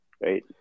right